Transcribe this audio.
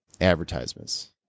advertisements